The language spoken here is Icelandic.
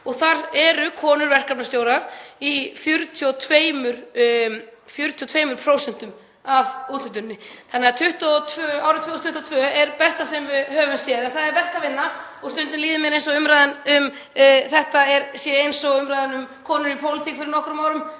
og þar eru konur verkefnastjórar í 42% af úthlutunum. Þannig að árið 2022 er það besta sem við höfum séð. En það er verk að vinna og stundum líður mér eins og umræðan um þetta sé eins og umræðan var um konur í pólitík fyrir nokkrum árum.